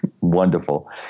Wonderful